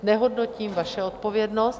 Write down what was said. Nehodnotím vaši odpovědnost.